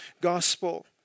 gospel